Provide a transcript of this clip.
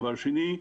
דבר שני,